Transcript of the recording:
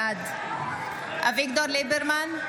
בעד אביגדור ליברמן,